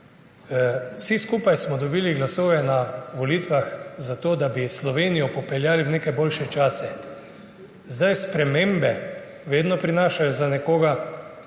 Vsi skupaj smo dobili glasove na volitvah zato, da bi Slovenijo popeljali v neke boljše čase. Zdaj, spremembe vedno prinašajo za nekoga